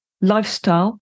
lifestyle